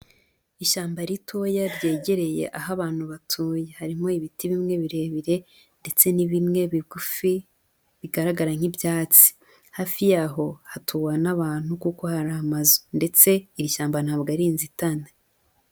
Ishyamba ritoya ryegereye aho abantu batuye, harimo ibiti bimwe birebire ndetse n'ibimwe bigufi bigaragara nk'ibyatsi, hafi yaho hatuwe n'abantu kuko hari amazu ndetse iri shyamba ntabwo ari inzitane.